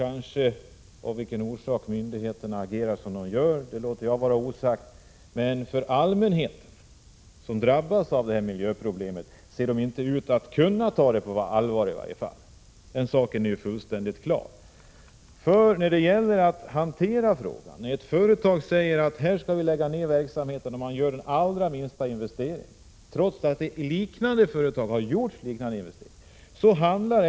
Av vilken orsak myndigheterna agerar som de gör låter jag vara osagt, men för allmänheten, som drabbas av miljöproblemet, ser de inte ut att kunna ta det på allvar — den saken är fullständigt klar. Ett företag säger att man skall lägga ned verksamheten om myndigheterna kräver den allra minsta investering, trots att liknande företag gjort liknande investeringar.